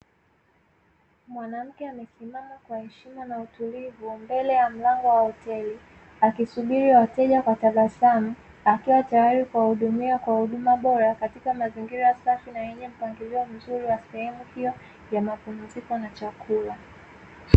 Mwanamke amesimama kwa heshima na utulivu mbele ya mlango wa hoteli, akisubiri wateja kwa tabasamu akiwa tayari kuwahudumia kwa huduma bora katika mazingira safi na yenye mpangilio mzuri wa sehemu hiyo ya mapumziko na chakula.